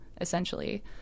essentially